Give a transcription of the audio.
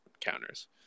counters